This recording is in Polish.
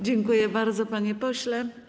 Dziękuję bardzo, panie pośle.